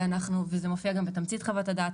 וזה מופיע גם בתמצית חוות הדעת